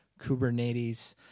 Kubernetes